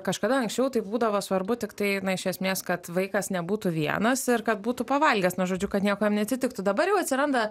kažkada anksčiau tai būdavo svarbu tiktai iš esmės kad vaikas nebūtų vienas ir kad būtų pavalgęs nu žodžiu kad nieko jam neatsitiktų dabar jau atsiranda